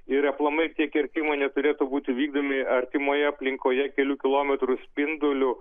ir aplamai tie kirtimai neturėtų būti vykdomi artimoje aplinkoje kelių kilometrų spinduliu